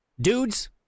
dudes